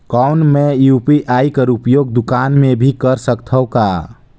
कौन मै यू.पी.आई कर उपयोग दुकान मे भी कर सकथव का?